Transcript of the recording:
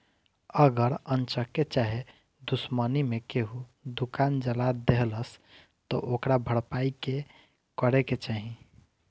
अगर अन्चक्के चाहे दुश्मनी मे केहू दुकान जला देलस त ओकर भरपाई के करे के चाही